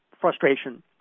frustration